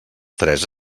tres